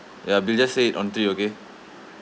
ya bill just say it on three okay